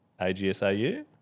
agsau